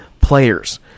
players